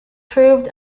proved